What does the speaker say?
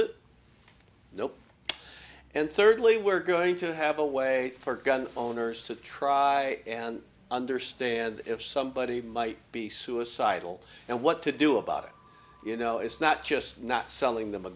it know and thirdly we're going to have a way for gun owners to try and understand if somebody might be suicidal and what to do about it you know it's not just not selling them a